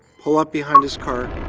pull up behind his car,